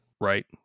right